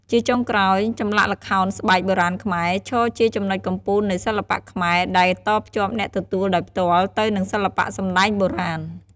ជាចុងក្រោយ ចម្លាក់ល្ខោនស្បែកបុរាណខ្មែរ ឈរជាចំណុចកំពូលនៃសិល្បៈខ្មែរ ដែលតភ្ជាប់អ្នកទទួលដោយផ្ទាល់ទៅនឹងសិល្បៈសំដែងបុរាណ។